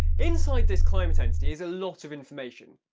inside this climate entity is a lot of information,